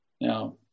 Now